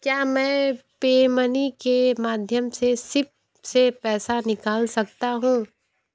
क्या मैं pay money के माध्यम से सिप से पैसा निकाल सकता हूँ